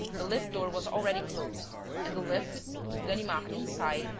the lift-door was already closed and the lift, with ganimard inside,